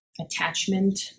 attachment